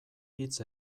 hitz